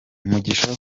mugisha